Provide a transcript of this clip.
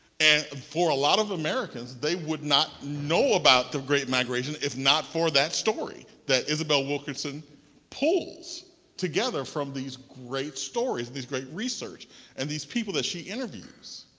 and um for a lot of americans, they would not know about the great migration if not for that story that isabel wilkerson pulls together from these great stories, this great research and these people that she interviews.